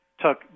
took